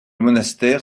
monastère